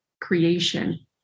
creation